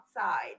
outside